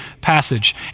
passage